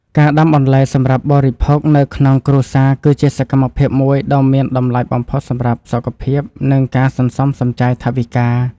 ការដាំបន្លែសម្រាប់បរិភោគនៅក្នុងគ្រួសារគឺជាសកម្មភាពមួយដ៏មានតម្លៃបំផុតសម្រាប់សុខភាព និងការសន្សំសំចៃថវិកា។